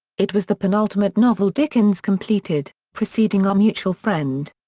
it was the penultimate novel dickens completed, preceding our mutual friend.